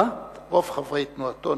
כולל אותי.